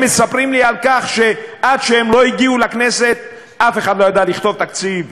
הם מספרים לי שעד שהם הגיעו לכנסת אף אחד לא ידע לכתוב תקציב,